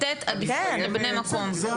לתת עדיפות לבני מקום.